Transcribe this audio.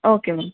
okay ma'am